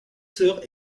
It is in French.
sœurs